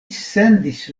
sendis